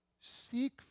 Seek